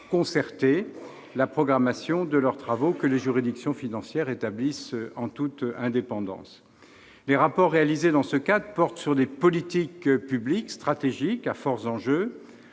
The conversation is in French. concertée, la programmation de leurs travaux que les juridictions financières établissent en toute indépendance. Les rapports réalisés dans ce cadre portent sur des politiques publiques stratégiques, à forts enjeux.